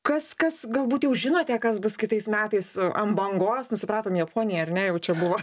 kas kas galbūt jau žinote kas bus kitais metais ant bangos nu supratom japonija ar ne jau čia buvo